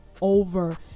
over